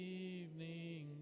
evening